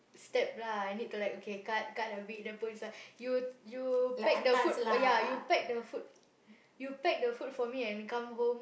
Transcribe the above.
step lah I need to like okay cut cut a bit then put inside you you pack the food ya you pack the food you pack the food for me and come home